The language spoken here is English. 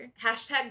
Hashtag